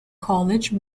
college